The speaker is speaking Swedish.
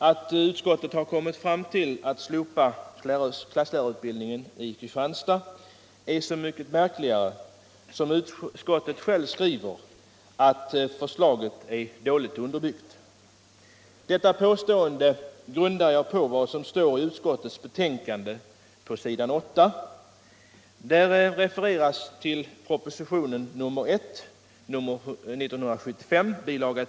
Att utskottet har kommit fram till att slopa klasslärarutbildningen i Kristianstad är så mycket märkligare som utskottet självt skriver att förslaget är dåligt underbyggt. Detta påstående grundar jag på vad som står på s. 8 i utskottets betänkande. Där refereras till propositionen 1975:1 bil.